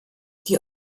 die